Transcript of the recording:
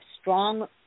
strong